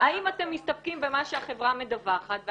האם אתם מסתפקים במה שהחברה מדווחת כי